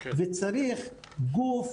וצריך גוף,